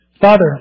Father